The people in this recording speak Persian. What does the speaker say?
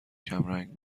کمرنگ